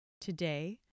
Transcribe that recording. Today